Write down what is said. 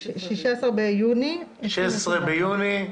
עד 16 ביוני 2021. 16 ביוני.